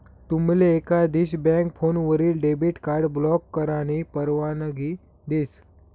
तुमले एकाधिक बँक फोनवरीन डेबिट कार्ड ब्लॉक करानी परवानगी देस